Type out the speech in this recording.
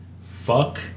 Fuck